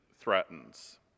threatens